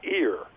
ear